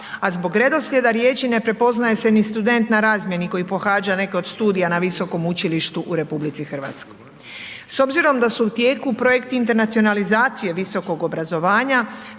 a zbog redoslijeda riječi ne prepoznaje se ni student na razmjeni koji pohađa neke od studija na visokom učilištu u RH. S obzirom da su u tijeku projekti internacionalizacije visokog obrazovanja